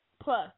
plus